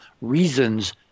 reasons